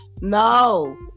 No